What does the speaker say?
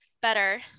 better